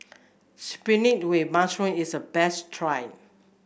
spinach with mushroom is a best try